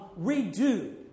redo